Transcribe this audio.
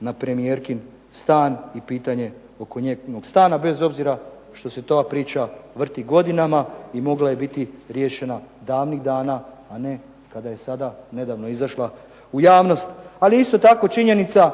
na premijerkin stan i pitanje oko njenog stana, bez obzira što se ta priča vrti godinama i mogla je biti riješena davnih dana, a ne kada je sada nedavno izašla u javnost. Ali isto tako i činjenica